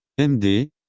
MD